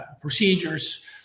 procedures